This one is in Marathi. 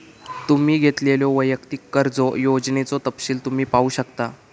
तुम्ही घेतलेल्यो वैयक्तिक कर्जा योजनेचो तपशील तुम्ही पाहू शकता